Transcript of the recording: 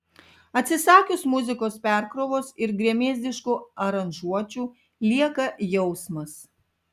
atsisakius muzikos perkrovos ir gremėzdiškų aranžuočių lieka jausmas